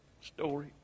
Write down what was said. story